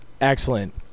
Excellent